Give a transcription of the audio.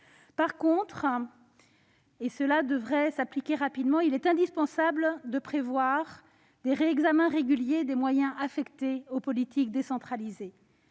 revanche, et cela devrait être mis en place rapidement, il est indispensable de prévoir le réexamen régulier des moyens affectés aux politiques décentralisées.